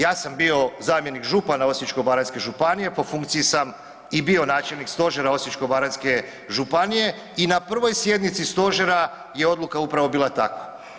Ja sam bio zamjenik župana Osječko-baranjske županije, po funkciji sam i bio načelnik stožera Osječko-baranjske županije i na prvoj sjednici stožera je odluka upravo bila takva.